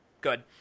good